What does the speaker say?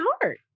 heart